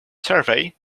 survey